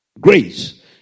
Grace